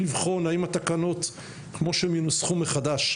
לבחון האם התקנות כמו שהן ינוסחו מחדש,